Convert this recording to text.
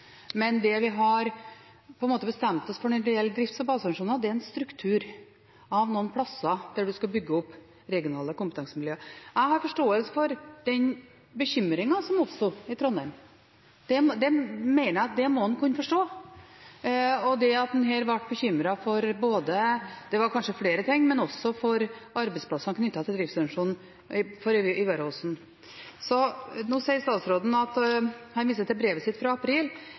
men det vi har bestemt oss for når det gjelder drifts- og baseorganisasjoner, er en struktur av steder der man skal bygge opp regionale kompetansemiljø. Jeg har forståelse for den bekymringen som oppsto i Trondheim. Jeg mener at en må kunne forstå at en her ble bekymret for – det var kanskje flere ting – arbeidsplassene knyttet til driftsorganisasjonen for Ivar Aasen. Nå viser statsråden til brevet sitt fra april,